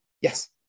Yes